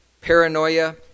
paranoia